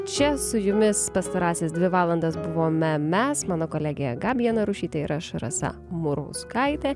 čia su jumis pastarąsias dvi valandas buvome mes mano kolegė gabija narušytė ir aš rasa murauskaitė